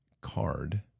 card